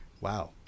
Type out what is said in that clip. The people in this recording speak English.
Wow